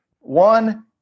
One